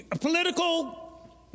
political